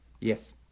Yes